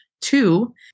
Two